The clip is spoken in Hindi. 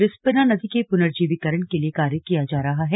रिस्पना नदी के पुनर्जीवीकरण के लिए कार्य किया जा रहा है